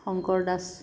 Shankar Das